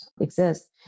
exist